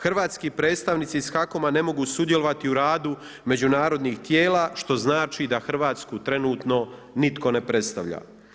Hrvatski predstavnici iz HAKOM-a ne mogu sudjelovati u radu međunarodnih tijela što znači da Hrvatsku trenutno nitko ne predstavlja.